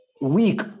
weak